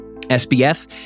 SBF